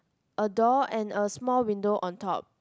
a door and a small window on top